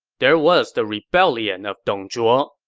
there was the rebellion of dong zhuo.